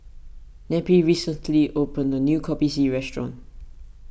Neppie recently opened a new Kopi C restaurant